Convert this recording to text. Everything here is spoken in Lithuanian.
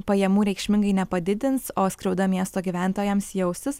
pajamų reikšmingai nepadidins o skriauda miesto gyventojams jausis